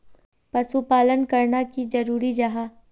पशुपालन करना की जरूरी जाहा?